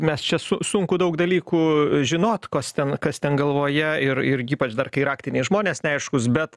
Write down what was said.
mes čia su sunku daug dalykų žinot kas ten kas ten galvoje ir irgi ypač dar kai raktiniai žmonės neaiškūs bet